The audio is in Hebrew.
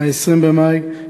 20 במאי,